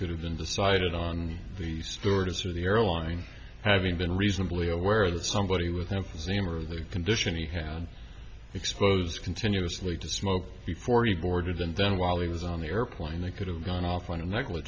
could have been decided on the stores or the airline having been reasonably aware that somebody with emphysema or of the condition he had exposed continuously to smoke before he boarded and then while he was on the airplane they could have gone off on a ne